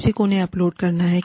किसी को उन्हें अपलोड करना है